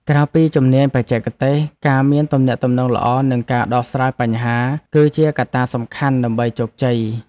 ក្រៅពីជំនាញបច្ចេកទេស ការមានទំនាក់ទំនងល្អនិងការដោះស្រាយបញ្ហា គឺជាកត្តាសំខាន់ដើម្បីជោគជ័យ។